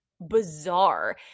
bizarre